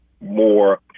more